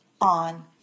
on